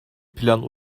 plan